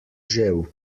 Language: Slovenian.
žel